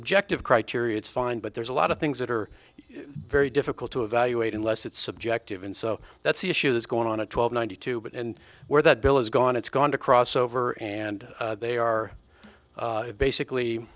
objective criteria it's fine but there's a lot of things that are very difficult to evaluate unless it's subjective and so that's the issue that's going on a twelve ninety two but and where that bill is gone it's gone to cross over and they are basically